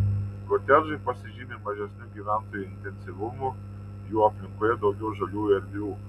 kotedžai pasižymi mažesniu gyventojų intensyvumu jų aplinkoje daugiau žaliųjų erdvių